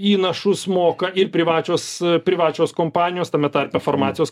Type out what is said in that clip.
įnašus moka ir privačios privačios kompanijos tame tarpe farmacijos